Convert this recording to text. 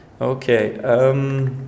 Okay